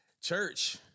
Church